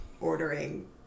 ordering